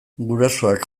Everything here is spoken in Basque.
gurasoak